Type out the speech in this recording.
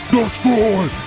Destroy